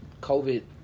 COVID